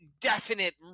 definite